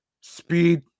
speed